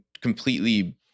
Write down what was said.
completely